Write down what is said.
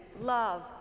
love